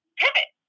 pivot